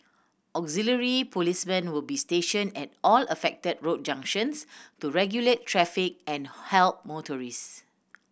auxiliary policemen will be stationed at all affected road junctions to regulate traffic and help motorists